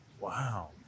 Wow